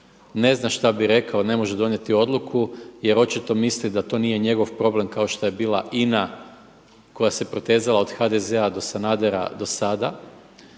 ne zna šta bi rekao, ne može donijeti odluku jer očito misli da to nije njegov problem kao što je bila INA koja se protezala od HDZ-a do Sanadera do sada,